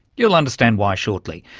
you'll understand why shortly.